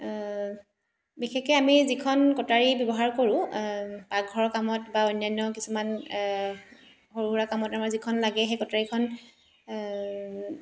বিশেষকৈ আমি যিখন কটাৰী ব্যৱহাৰ কৰো পাকঘৰৰ কামত বা অন্যান্য কিছুমান সৰু সুৰা কামত আমাৰ যিখন লাগে সেই কটাৰীখন